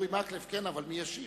חבר הכנסת אורי מקלב, כן, אבל מי ישיב?